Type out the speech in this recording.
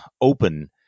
open